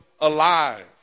alive